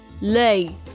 lay